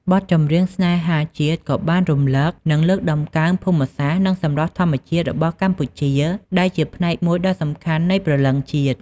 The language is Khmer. បទចម្រៀងស្នេហាជាតិក៏បានរំលឹក និងលើកតម្កើង ភូមិសាស្ត្រ និងសម្រស់ធម្មជាតិ របស់កម្ពុជា ដែលជាផ្នែកមួយដ៏សំខាន់នៃព្រលឹងជាតិ។